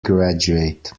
graduate